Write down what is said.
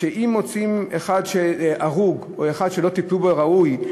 שאם מוצאים הרוג או אדם שלא טיפלו בו כראוי,